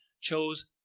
chose